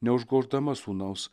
neužgoždama sūnaus